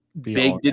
big